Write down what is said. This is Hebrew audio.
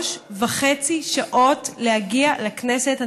היום בבוקר לקח לי שלוש שעות וחצי להגיע לכנסת.